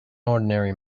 ordinary